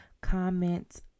Comment